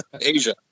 Asia